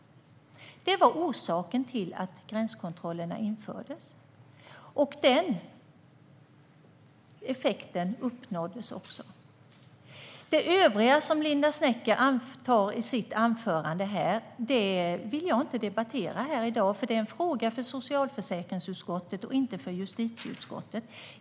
Den förväntade effekten av gränskontrollerna uppnåddes också. Det övriga som Linda Snecker anför i sitt inlägg vill jag inte debattera här i dag, för det är en fråga för socialförsäkringsutskottet, inte för justitieutskottet.